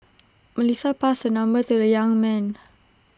Melissa passed her number to the young man